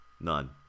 None